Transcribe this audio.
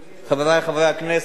חברי חברי הכנסת,